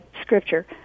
scripture